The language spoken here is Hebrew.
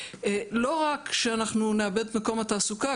לא רק שאנחנו נאבד את מקום התעסוקה,